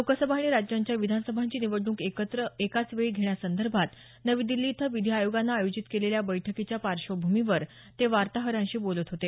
लोकसभा आणि राज्यांच्या विधानसभांची निवडणूक एकाच वेळी घेण्यासंदर्भात नवी दिल्ली इथं विधी आयोगानं आयोजित केलेल्या बैठकीच्या पार्श्वभूमीवर ते वार्ताहरांशी बोलत होते